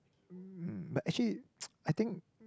uh but actually ppo I think